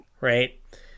Right